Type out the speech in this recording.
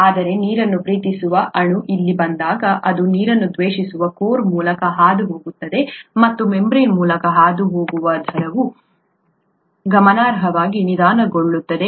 ಆದರೆ ನೀರನ್ನು ಪ್ರೀತಿಸುವ ಅಣು ಇಲ್ಲಿಗೆ ಬಂದಾಗ ಅದು ನೀರನ್ನು ದ್ವೇಷಿಸುವ ಕೋರ್ ಮೂಲಕ ಹಾದುಹೋಗಬೇಕಾಗುತ್ತದೆ ಮತ್ತು ಮೆಂಬ್ರೇನ್ ಮೂಲಕ ಹಾದುಹೋಗುವ ದರವು ಗಮನಾರ್ಹವಾಗಿ ನಿಧಾನಗೊಳ್ಳುತ್ತದೆ